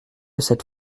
cette